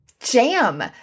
jam